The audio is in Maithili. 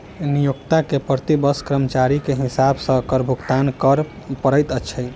नियोक्ता के प्रति वर्ष कर्मचारी के हिसाब सॅ कर भुगतान कर पड़ैत अछि